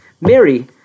Mary